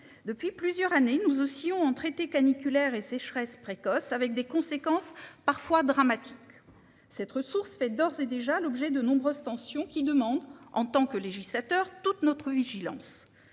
depuis plusieurs années, nous aussi on en traiter caniculaire et sécheresse précoce avec des conséquences parfois dramatiques. Cette ressource fait d'ores et déjà l'objet de nombreuses tensions qui demande en tant que législateur, toute notre vigilance.